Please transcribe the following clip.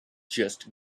just